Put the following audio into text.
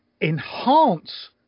enhance